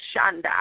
Shanda